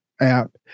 app